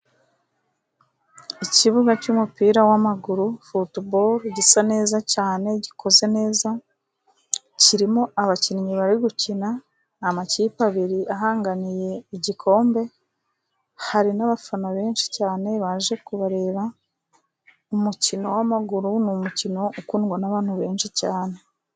Ikibuga cy'umupira w'amaguru futuboro, gisa neza cyane gikoze neza. Kirimo abakinnyi bari gukina ni amakipe abiri ahanganiye igikombe. Hari n'abafana benshi cyane baje kubareba. Umukino w'amaguru ni umukino ukundwa n'abantu benshi cyane.